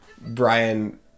Brian